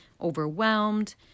Overwhelmed